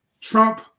Trump